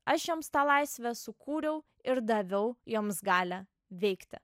aš joms tą laisvę sukūriau ir daviau joms galią veikti